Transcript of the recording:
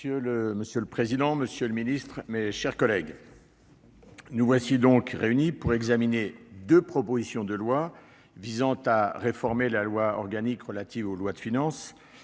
Monsieur le président, monsieur le ministre, mes chers collègues, nous voici réunis pour examiner deux propositions de loi qui visent principalement à réformer la loi organique relative aux lois de finances,